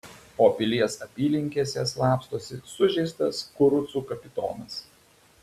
o pilies apylinkėse slapstosi sužeistas kurucų kapitonas